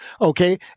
Okay